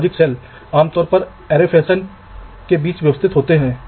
संदर्भ स्लाइड देखें 1430 तो विचार कुछ इस तरह का था और कुछ डिज़ाइन जो आपने किए हैं